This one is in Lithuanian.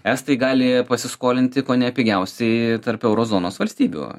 estai gali pasiskolinti kone pigiausiai tarp euro zonos valstybių